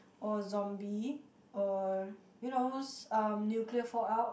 or zombie or you know um nuclear fallout